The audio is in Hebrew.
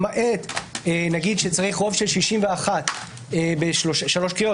למעט כשצריך שרוב של 61 בשלוש קריאות,